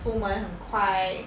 出门很快